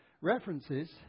references